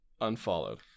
unfollowed